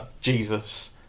Jesus